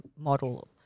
model